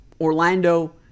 Orlando